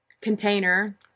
container